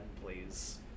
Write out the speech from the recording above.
please